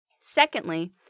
Secondly